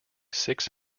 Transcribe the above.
six